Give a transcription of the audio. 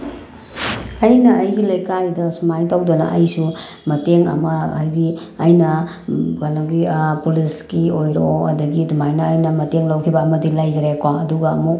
ꯑꯩꯅ ꯑꯩꯒꯤ ꯂꯩꯀꯥꯏꯗ ꯁꯨꯃꯥꯏꯅ ꯇꯧꯗꯅ ꯑꯩꯁꯨ ꯃꯇꯦꯡ ꯑꯃ ꯍꯥꯏꯗꯤ ꯑꯩꯅ ꯀꯩꯅꯣꯒꯤ ꯄꯨꯂꯤꯁꯀꯤ ꯑꯣꯏꯔꯣ ꯑꯗꯒꯤ ꯑꯗꯨꯃꯥꯏꯅ ꯑꯩꯅ ꯃꯇꯦꯡ ꯂꯧꯈꯤꯕ ꯑꯃꯗꯤ ꯂꯩꯈ꯭ꯔꯦꯀꯣ ꯑꯗꯨꯒ ꯑꯃꯨꯛ